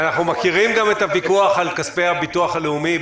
אנחנו מכירים גם את הוויכוח על כספי הביטוח הלאומי.